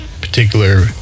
particular